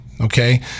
Okay